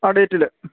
ആ ഡേറ്റിൽ